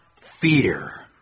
fear